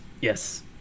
yes